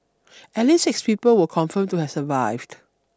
at least six people were confirmed to have survived